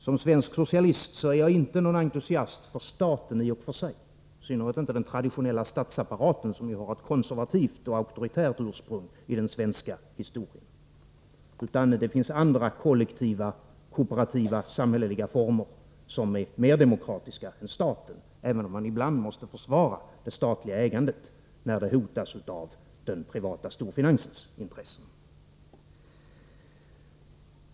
Som svensk socialist är jag inte någon entusiast för staten i och för sig, i synnerhet inte för den traditionella statsapparaten, som har konservativt och auktoritärt ursprung i den svenska historien. Det finns andra, kooperativa samhälleliga former som är mer demokratiska än staten, även om man ibland måste försvara det statliga ägandet, när det hotas av den privata storfinansens intressen.